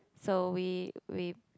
so we we